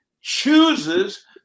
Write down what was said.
chooses